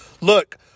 look